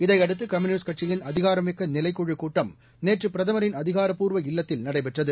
இதையடுத்து கம்யூனிஸ்ட் கட்சியின் அதிகாரமிக்க நிலைக்குழுக் கூட்டம் நேற்று பிரதமரின் அதிகாரப்பூர்வ இல்லத்தில் நடைபெற்றது